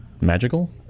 magical